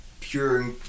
pure